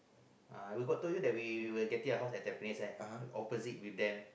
uh we got told you that we were getting a house in Tampines eh opposite with them